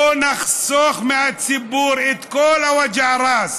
בואו נחסוך מהציבור את כל הווג'ע ראס